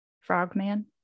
Frogman